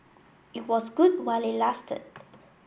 it was good while it lasted